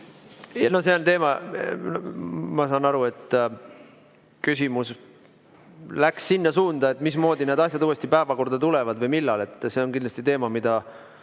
No ma saan aru, et küsimus läks sinna suunda, et mismoodi need asjad uuesti päevakorda tulevad või millal. See on kindlasti teema, mida